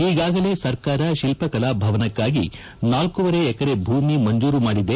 ಈಗಾಗಲೇ ಸರ್ಕಾರ ಶಿಲ್ಪಕಲಾ ಭವನಕ್ಕಾಗಿ ನಾಲ್ಕುವರೆ ಎಕರೆ ಭೂಮಿ ಮಂಜೂರು ಮಾಡಿದೆ